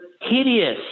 hideous